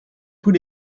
put